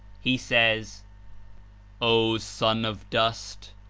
he says o son of dust!